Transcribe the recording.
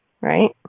Right